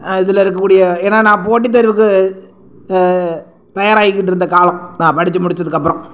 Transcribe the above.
இதில் இருக்கக்கூடிய ஏன்னா நான் போட்டி தேர்வுக்கு அப்போ தயாராகிக்கிட்டிருந்த காலம் நான் படிச்சு முடிச்சதுக்கு அப்புறம்